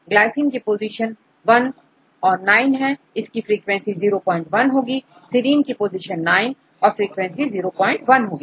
glycine की position 1 9 इसकी frequency 01 होगी serine की पोजीशन 9 और फ्रीक्वेंसी 01 होगी